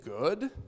good